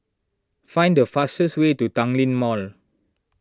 find the fastest way to Tanglin Mall